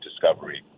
discovery